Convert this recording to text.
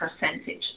percentage